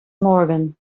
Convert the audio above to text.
morgan